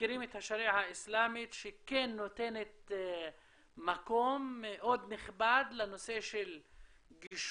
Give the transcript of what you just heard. מכירים את השריעה האיסלמית שכן נותנת מקום מאוד נכבד לנושא של גישור,